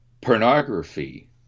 pornography